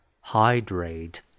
Hydrate